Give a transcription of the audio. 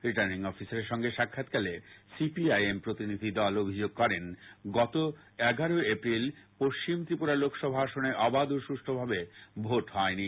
returning অফিসারের সঙ্গে সাক্ষাৎকালে সিপিআইএম প্রতিনিধিদল অভিযোগ করেন গত এগার এপ্রিল পশ্চিম ত্রিপুরা লোকসভা আসনে অবাধ ও সুষ্ঠুভাবে ভোট হয়নি